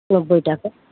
চৌদ্দ টাকা